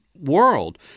world